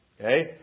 Okay